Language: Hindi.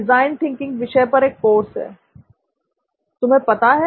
डिजाइन थिंकिंग विषय पर एक कोर्स है तुम्हें पता है